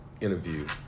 interview